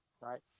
right